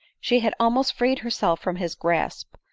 she had almost freed herself from his grasp,